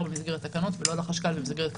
במסגרת תקנות ולא לחשכ"ל במסגרת כללים.